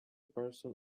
person